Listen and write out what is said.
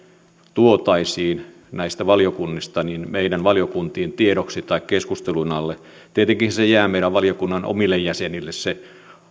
tuotaisiin näistä valiokunnista meidän valiokuntiimme tiedoksi tai keskustelun alle tietenkin jää meidän valiokuntiemme omille jäsenille se